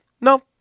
no